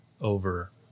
over